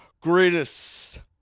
greatest